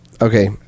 Okay